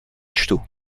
čtu